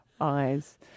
Eyes